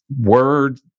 word